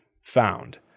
found